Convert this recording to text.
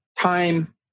time